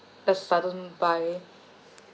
a sudden buy